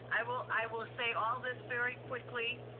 i will i will say all this very quickly,